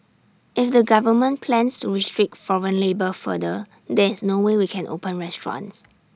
if the government plans to restrict foreign labour further there is no way we can open restaurants